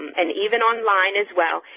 and even online as well,